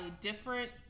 different